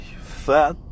fat